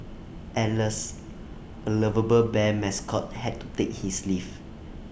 alas A lovable bear mascot had to take his leave